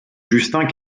justin